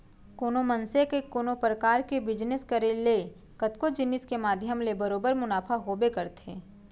कोनो मनसे के कोनो परकार के बिजनेस करे ले कतको जिनिस के माध्यम ले बरोबर मुनाफा होबे करथे